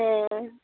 ᱦᱮᱸ